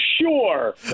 sure